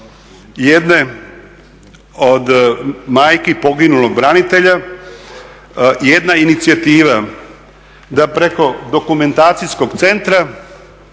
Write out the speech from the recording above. jedne od majki poginulog branitelja jedna inicijativa, da preko dokumentacijskog centra